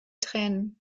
tränen